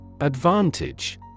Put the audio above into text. Advantage